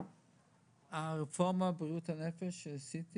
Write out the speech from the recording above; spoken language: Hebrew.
הרפורמה בבריאות הנפש שעשיתי